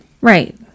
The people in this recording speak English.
Right